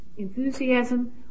enthusiasm